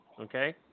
Okay